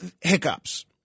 hiccups